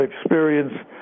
experience